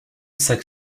sac